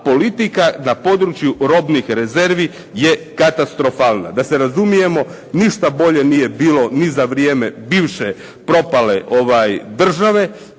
a politika na području robnih rezervi je katastrofalna. Da se razumijemo ništa bolje nije bilo ni za vrijeme bivše propale države,